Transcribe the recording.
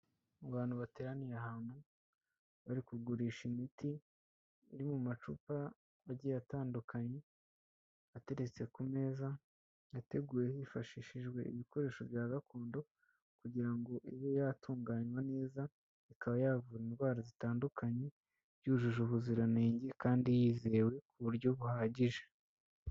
Abantu bateraniye ahantu bari kugurisha imiti iri mu macupa agiye atandukanye ateretse ku meza, yateguye hifashishijwe ibikoresho bya gakondo kugira ngo ibe yatunganywa neza, ikaba yavura indwara zitandukanye, yujuje ubuziranenge kandi yizewe ku buryo buhagije.